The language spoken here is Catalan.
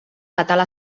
català